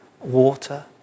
water